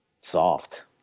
soft